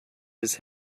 his